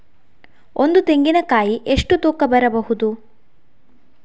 ಒಂದು ತೆಂಗಿನ ಕಾಯಿ ಎಷ್ಟು ತೂಕ ಬರಬಹುದು?